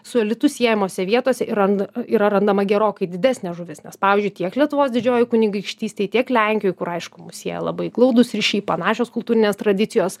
su elitu siejamose vietose yrand yra randama gerokai didesnė žuvis nes pavyzdžiui tiek lietuvos didžiojoj kunigaikštystėj tiek lenkijoj kur aišku mus sieja labai glaudūs ryšiai panašios kultūrinės tradicijos